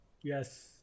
yes